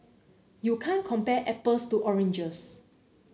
you can't compare apples to oranges